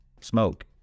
smoke